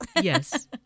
Yes